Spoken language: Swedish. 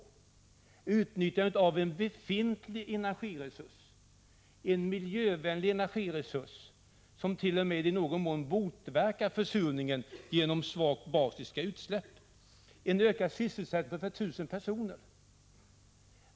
Vi skulle ha utnyttjat en befintlig energiresurs, en miljövänlig energiresurs, som t.o.m. i någon mån motverkar försurningen genom svagt basiska utsläpp. Det skulle också innebära en ökad sysselsättning för 1 000 personer.